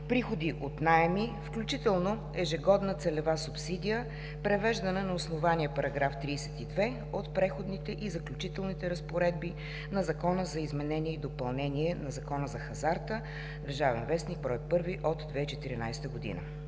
приходи от наеми, включително ежегодна целева субсидия, превеждана на основание § 32 от Преходните и заключителните разпоредби на Законопроект за изменение и допълнение на Закона за хазарта – „Държавен вестник“ бр. 1 от 2014 г.